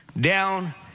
down